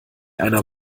einer